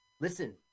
Listen